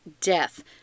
death